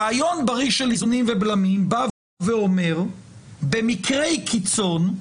רעיון בריא של איזונים ובלמים בא ואומר שבמקרי קיצון,